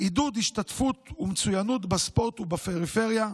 עידוד השתתפות ומצוינות בספורט ובפריפריה,